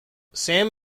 sam